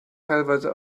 teilweise